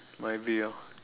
might be orh